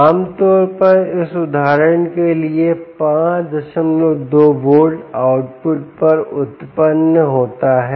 आम तौर पर इस उदाहरण के लिए 52 वोल्ट आउटपुट पर उत्पन्न होता है